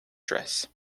dress